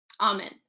amen